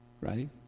Right